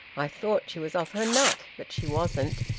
i thought she was off her nut, but she wasn't.